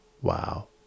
wow